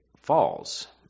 falls